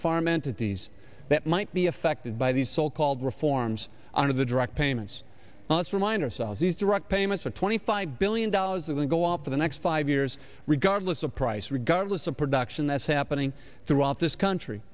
farm entities that might be affected by these so called reforms are the direct payments let's remind ourselves these direct payments are twenty five billion dollars that will go up for the next five years regardless of price regardless of production that's happening throughout this country